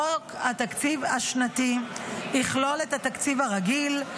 חוק התקציב השנתי יכלול את התקציב הרגיל,